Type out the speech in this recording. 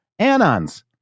anons